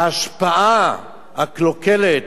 ההשפעה הקלוקלת